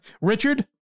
Richard